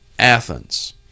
Athens